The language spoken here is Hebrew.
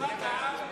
בשפת העם,